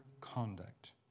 conduct